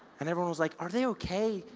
and everyone was like, are they okay?